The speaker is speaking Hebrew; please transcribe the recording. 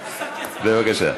בבקשה.